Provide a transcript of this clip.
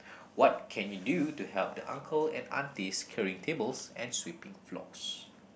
what can you do to help the uncle and aunties carry tables and sweeping floors